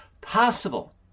possible